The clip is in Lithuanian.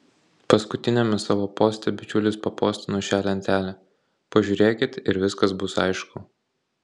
paskutiniame savo poste bičiulis papostino šią lentelę pažiūrėkit ir viskas bus aišku